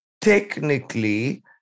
technically